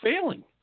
failing